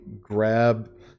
grab